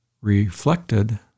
reflected